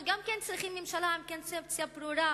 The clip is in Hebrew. אנחנו גם כן צריכים ממשלה עם קונספציה ברורה